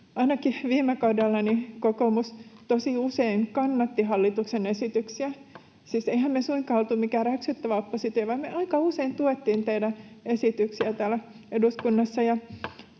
Ainakin viime kaudella kokoomus tosi usein kannatti hallituksen esityksiä. Siis eihän me suinkaan oltu mikään räksyttävä oppositio, vaan me aika usein tuettiin teidän esityksiänne täällä eduskunnassa,